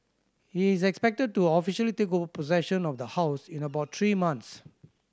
he is expected to officially take over possession of the house in about three months